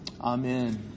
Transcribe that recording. Amen